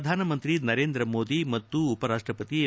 ಪ್ರಧಾನಮಂತ್ರಿ ನರೇಂದ್ರ ಮೋದಿ ಮತ್ತು ಉಪರಾಷ್ಟಪತಿ ಎಂ